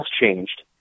changed